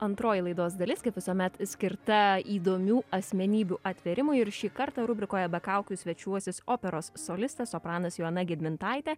antroji laidos dalis kaip visuomet skirta įdomių asmenybių atvėrimui ir šį kartą rubrikoje be kaukių svečiuosis operos solistė sopranas joana gedmintaitė